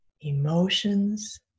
emotions